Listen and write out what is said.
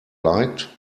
liked